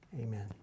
Amen